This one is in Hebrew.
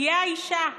תהיה האישה,